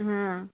ହଁ